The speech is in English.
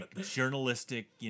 journalistic